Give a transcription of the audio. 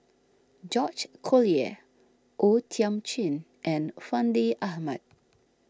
George Collyer O Thiam Chin and Fandi Ahmad